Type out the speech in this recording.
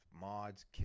mods